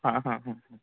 हां हां हां हां